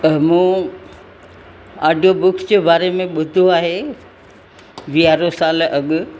मूं audio books जे बारे में ॿुधो आहे यारहां साल अॻु